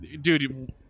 dude